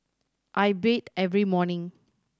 I bathe every morning